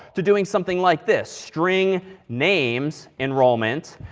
to doing something like this, string names enrollment,